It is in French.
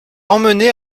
emmené